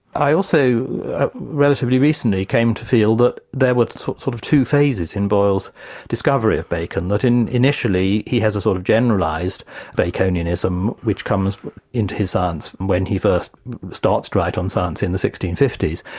i also relatively recently, came to feel that there were sorts sort of two phases in boyle's discovery of bacon, that initially he has a sort of generalised baconism which comes into his science when he first starts to write on science in the sixteen fifty s,